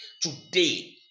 today